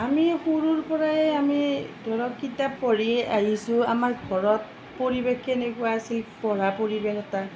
আমি সৰুৰ পৰাই আমি ধৰক কিতাপ পঢ়ি আহিছোঁ আমাৰ ঘৰত পৰিৱেশ কেনেকুৱা আছিল পঢ়াৰ পৰিৱেশ এটা